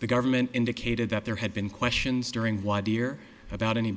the government indicated that there had been questions during why dear about any